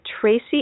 Tracy